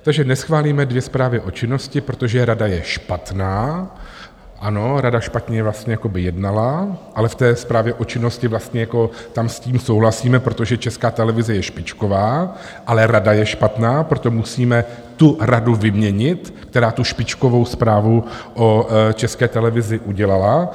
Takže neschválíme dvě zprávy o činnosti, protože rada je špatná, ano, rada špatně jakoby jednala, ale v té zprávě o činnosti tam s tím souhlasíme, protože Česká televize je špičková, ale rada je špatná, proto musíme tu radu vyměnit, která tu špičkovou zprávu o České televizi udělala.